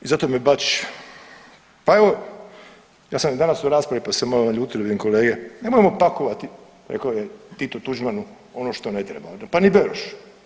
I zato me Bačić, pa evo ja sam i danas u raspravi pa su se malo naljutili vidim kolege, nemojmo pakovati rekao je Tito Tuđmanu ono što ne treba, pa ni Berošu.